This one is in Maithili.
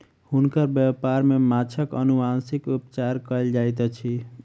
हुनकर व्यापार में माँछक अनुवांशिक उपचार कयल जाइत अछि